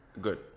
good